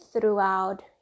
throughout